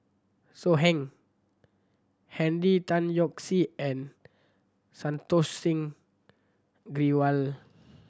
So Heng Henry Tan Yoke See and Santokh Singh Grewal